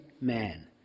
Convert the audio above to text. man